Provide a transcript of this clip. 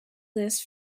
this